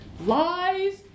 Lies